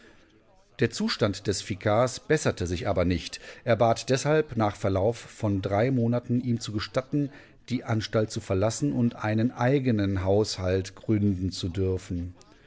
der zustand des vikars besserte sich aber nicht er bat deshalb nach verlauf von drei monaten ihm zu gestatten die anstalt zu verlassen und einen eigenen haushalt gründen zu dürfen